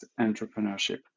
entrepreneurship